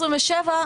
2027,